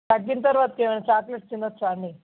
తగ్గన తర్వాత చాక్లెట్స్ తినవచ్చా అండి